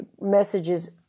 messages